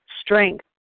strength